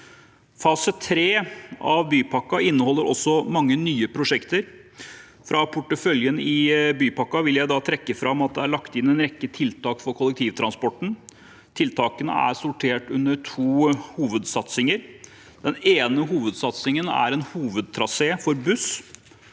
Fase 3 av bypakken inneholder også mange nye prosjekter. Fra porteføljen i bypakken vil jeg trekke fram at det er lagt inn en rekke tiltak for kollektivtransporten. Tiltakene er sortert under to hovedsatsinger. Den ene hovedsatsingen er en hovedtrasé for buss.